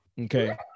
okay